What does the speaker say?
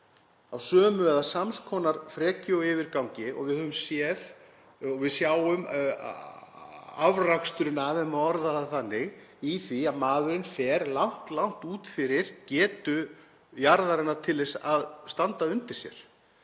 af sömu eða sams konar frekju og yfirgangi og við sjáum afraksturinn af, ef það má orða það þannig, í því að maðurinn fer langt út fyrir getu jarðarinnar til þess að standa undir sér.